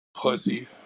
pussy